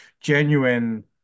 Genuine